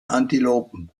antilopen